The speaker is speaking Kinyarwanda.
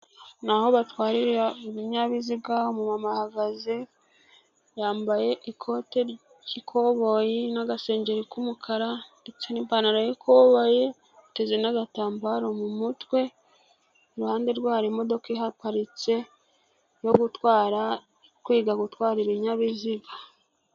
Ni aho batwa binyabiziga. Umumama ahagaze, yambaye ikote ry'ikoboyi n'agasengeri k'umukara n'ipantaro y'ikoboyi. Ateze n'agatambaro mu mutwe, iruhande rwaho hari imodoka ihaparitse yo gutwara, kwiga gutwara ibinyabiziga.